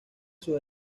sus